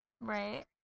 Right